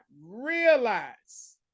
realize